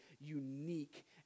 unique